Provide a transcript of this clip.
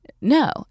no